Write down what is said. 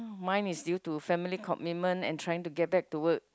mine is due to family commitment and trying to get back to work